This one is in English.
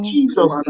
Jesus